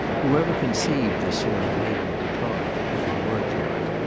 whoever conceived this sort of haven for clark, if it were clark,